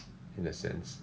in that sense